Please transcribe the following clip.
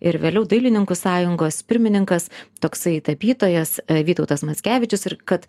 ir vėliau dailininkų sąjungos pirmininkas toksai tapytojas vytautas mackevičius ir kad